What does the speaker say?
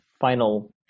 final